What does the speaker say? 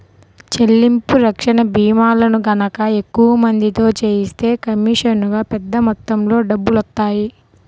చెల్లింపు రక్షణ భీమాలను గనక ఎక్కువ మందితో చేయిస్తే కమీషనుగా పెద్ద మొత్తంలో డబ్బులొత్తాయి